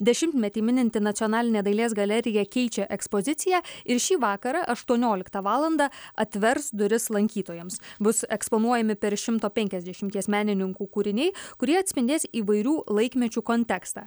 dešimtmetį mininti nacionalinė dailės galerija keičia ekspoziciją ir šį vakarą aštuonioliktą valandą atvers duris lankytojams bus eksponuojami per šimto penkiasdešimties menininkų kūriniai kurie atspindės įvairių laikmečių kontekstą